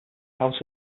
power